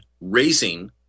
raising